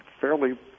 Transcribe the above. fairly